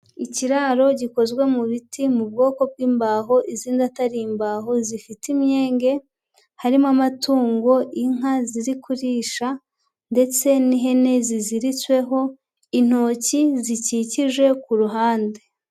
Ikiraro gikozwe mu biti mu bwoko bw'imbaho, izindi atari imbaho, zifite imyenge, harimo amatungo, inka ziri kurisha ndetse n'ihene ziziritsweho, intoki zikikije ku ruhande.